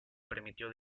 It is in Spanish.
permitió